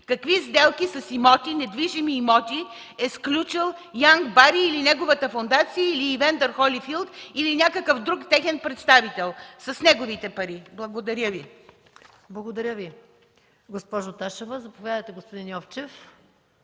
какви сделки с недвижими имоти е сключил Янк Бери или неговата фондация, или „Ивендър Холифийлд”, или някакъв друг техен представител с неговите пари? Благодаря. ПРЕДСЕДАТЕЛ МАЯ МАНОЛОВА: Благодаря Ви, госпожо Ташева. Заповядайте, господин Йовчев,